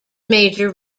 major